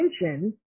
attention